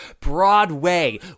Broadway